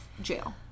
jail